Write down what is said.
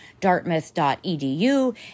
dartmouth.edu